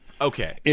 Okay